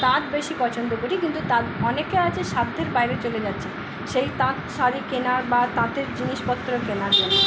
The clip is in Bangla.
তাঁত বেশি পচন্দ করি কিন্তু তাঁত অনেকে আছে সাধ্যের বাইরে চলে যাচ্ছে সেই তাঁত শাড়ি কেনা বা তাঁতের জিনিসপত্র কেনার জন্য